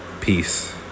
Peace